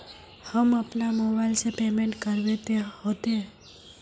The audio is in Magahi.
हम अपना मोबाईल से पेमेंट करबे ते होते?